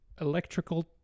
electrical